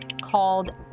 called